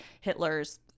Hitler's